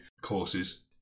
courses